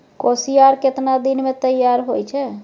कोसियार केतना दिन मे तैयार हौय छै?